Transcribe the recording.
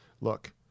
look